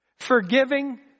Forgiving